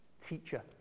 Teacher